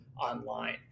online